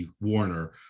Warner